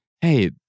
Hey